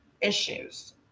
issues